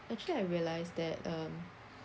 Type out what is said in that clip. actually I realised that um